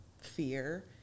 fear